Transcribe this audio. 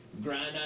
grind